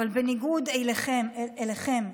אבל בניגוד אליכם,